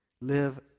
Live